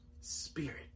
Spirit